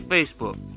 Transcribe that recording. Facebook